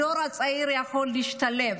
הדור הצעיר יכול להשתלב.